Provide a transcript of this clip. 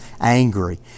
angry